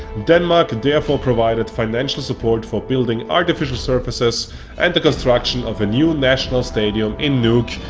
denmark therefore provided financial support for building artificial surfaces and the construction of a new national stadium in nuuk,